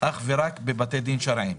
אך ורק בבתי הדין השרעים.